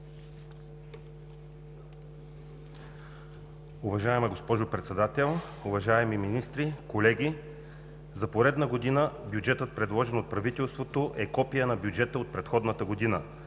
Уважаема госпожо Председател, уважаеми министри, колеги! За поредна година бюджетът, предложен от правителството, е копие на бюджета от предходната година